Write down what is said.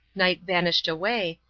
night vanished away,